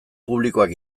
publikoak